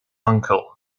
uncle